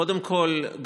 קודם כול,